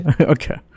Okay